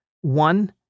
One